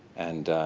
and